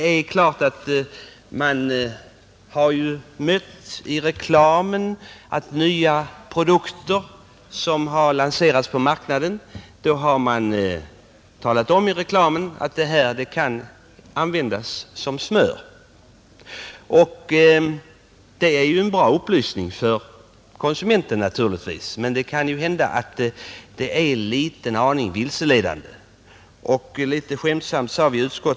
Vi har alla i reklamen mött nya produkter, som har lanserats på marknaden, och där man t.ex. talar om att produkten kan användas som smör. Det är ju i och för sig en bra upplysning för konsumenten. Men det kan hända att den är en liten aning vilseledande.